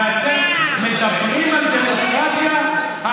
אתם מדברים על דמוקרטיה?